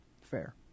Fair